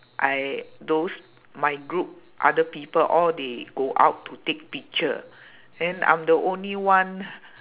I those my group other people all they go out to take picture then I'm the only one